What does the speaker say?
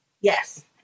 Yes